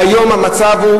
והיום המצב הוא